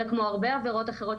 אלא כמו הרבה עבירות אחרות,